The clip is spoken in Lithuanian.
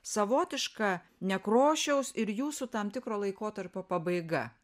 savotiška nekrošiaus ir jūsų tam tikro laikotarpio pabaiga